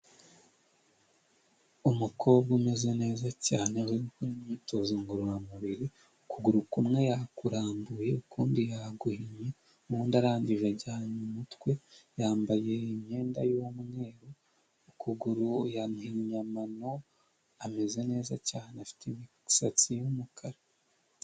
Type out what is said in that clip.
Umukobwa umeze neza cyane ari gukora imyitozo ngororamubiri, ukuguru kumwe yakurambuye ukundi yaguhinnye ubundi arangije ajyana umutwe, yambaye imyenda y'umweru, ukuguru yaguhinnye amano ameze neza cyane, afite imisatsi y'umukara.